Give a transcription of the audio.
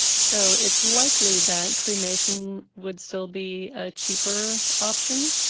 so it's likely that cremation would still be a cheaper option.